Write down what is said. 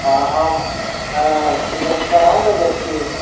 हँ आम की कहै छै तोरा आम बेचै छ की